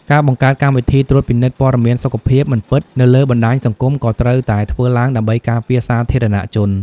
ការបង្កើតកម្មវិធីត្រួតពិនិត្យព័ត៌មានសុខភាពមិនពិតនៅលើបណ្តាញសង្គមក៏ត្រូវតែធ្វើឡើងដើម្បីការពារសាធារណជន។